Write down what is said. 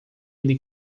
ele